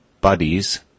Buddies